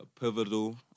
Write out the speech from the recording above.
pivotal